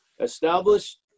Established